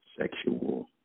sexual